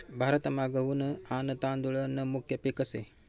भारतमा गहू न आन तादुळ न मुख्य पिक से